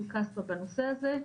בנושא הזה.